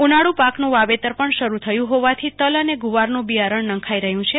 ઉનાળુ પાક નું વાવેતર પણ શરૂ થયું હોવાથી તલ અને ગુવાર નું બિયારણ નંખાઈ રહ્યું છે